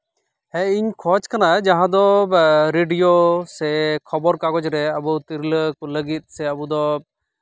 ᱦᱮᱸ ᱤᱧ ᱠᱷᱚᱡ ᱠᱟᱱᱟ ᱡᱟᱦᱟᱸ ᱫᱚ ᱨᱮᱰᱤᱭᱳ ᱥᱮ ᱠᱷᱚᱵᱚᱨ ᱠᱟᱜᱚᱡᱽ ᱨᱮ ᱟᱵᱚ ᱛᱤᱨᱞᱟᱹ ᱞᱟᱹᱜᱤᱫ ᱥᱮ ᱟᱵᱚ ᱫᱚ